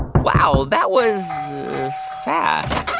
wow. that was fast